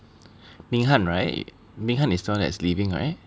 Ming Han right Ming Han is the one that's leaving right